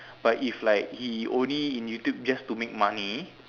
but if like he only in YouTube just to make money